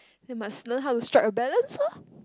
they must learn how to strike a balance loh